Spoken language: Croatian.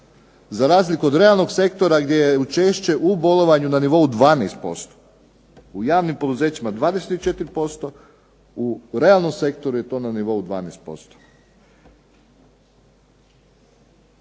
za razliku od realnog sektora gdje je učešće u bolovanju na nivou 12%. U javnim poduzećima 24%, u realnom sektoru je to na nivou 12%.